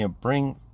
bring